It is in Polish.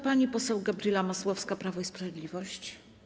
Pani poseł Gabriela Masłowska, Prawo i Sprawiedliwość.